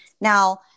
Now